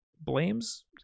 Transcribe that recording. blames